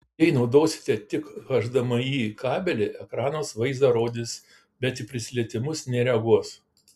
jei naudosite tik hdmi kabelį ekranas vaizdą rodys bet į prisilietimus nereaguos